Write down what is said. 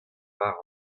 war